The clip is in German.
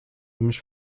mich